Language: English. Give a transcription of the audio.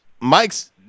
Mike's